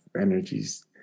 energies